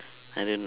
I don't